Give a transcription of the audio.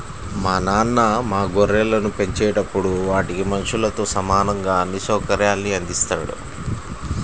మా నాన్న మా గొర్రెలను పెంచేటప్పుడు వాటికి మనుషులతో సమానంగా అన్ని సౌకర్యాల్ని అందిత్తారు